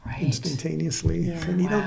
instantaneously